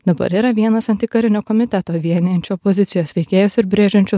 dabar yra vienas antikarinio komiteto vienijančio opozicijos veikėjus ir brėžiančio